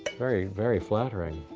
very, very flattering.